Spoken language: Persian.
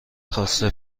خواسته